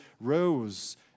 rose